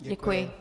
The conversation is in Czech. Děkuji.